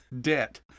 debt